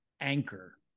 anchor